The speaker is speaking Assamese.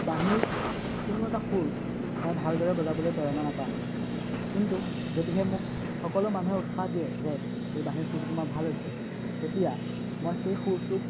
বাঁহীৰ কোনো এটা সুৰ মই ভালদৰে বজাবলৈ প্ৰেৰণা নাপাম কিন্তু যদিহে মোক সকলো মানুহে উৎসাহ দিয়ে যে এই বাঁহীৰ সুৰটো তোমাৰ ভাল হৈছে তেতিয়া মই সেই সুৰটোক